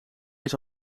eens